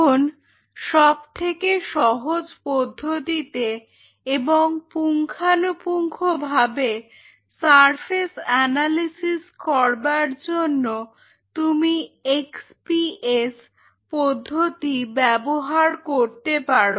এখন সবথেকে সহজ পদ্ধতিতে এবং পুঙ্খানুপুঙ্খ ভাবে সারফেস অ্যানালিসিস করবার জন্য তুমি এক্স পি এস পদ্ধতি ব্যবহার করতে পারো